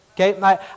Okay